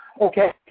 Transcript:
Okay